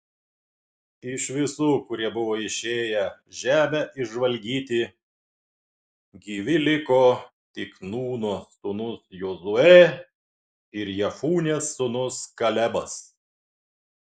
iš visų kurie buvo išėję žemę išžvalgyti gyvi liko tik nūno sūnus jozuė ir jefunės sūnus kalebas